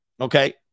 Okay